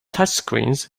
touchscreens